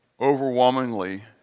overwhelmingly